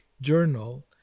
journal